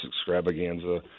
extravaganza